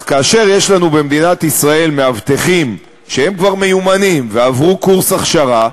אז כאשר יש לנו במדינת ישראל מאבטחים שהם כבר מיומנים ועברו קורס הכשרה,